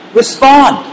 respond